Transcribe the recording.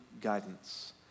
guidance